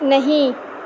نہیں